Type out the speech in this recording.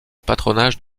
patronage